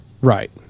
Right